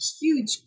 huge